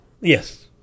Yes